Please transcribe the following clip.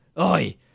Oi